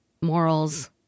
morals